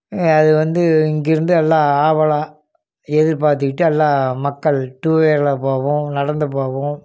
அது வந்து இங்கேருந்து எல்லாம் ஆவலாக எதிர்பார்த்துக்கிட்டு எல்லாம் மக்கள் டூவீலரில் போவோம் நடந்து போவோம்